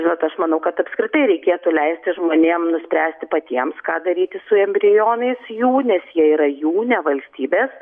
žinot aš manau kad apskritai reikėtų leisti žmonėm nuspręsti patiems ką daryti su embrionais jų nes jie yra jų ne valstybės